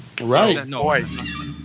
Right